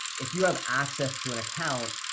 if you have access to an account,